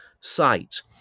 site